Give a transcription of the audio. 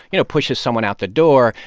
you know, pushes someone out the door.